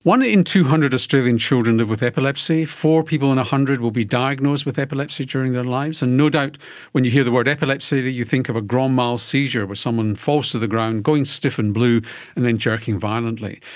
one in two hundred australian children live with epilepsy, four people in one hundred will be diagnosed with epilepsy during their lives, and no doubt when you hear the word epilepsy you think of a grand mal seizure where someone falls to the ground, going stiff and blue and then jerking violently.